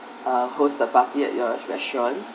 err holds the party at your restaurant